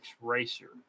racer